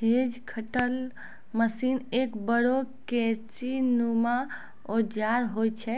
hedge cutter machine एक बड़ो कैंची नुमा औजार होय छै